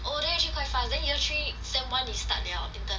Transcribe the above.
oh then actually quite fast then year three sem one 你 start liao